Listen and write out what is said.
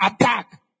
attack